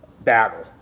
battle